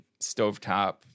stovetop